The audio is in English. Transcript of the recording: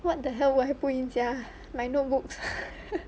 what the hell will I put in sia my notebooks